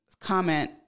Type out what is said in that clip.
comment